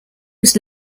was